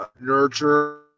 nurture